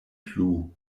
plu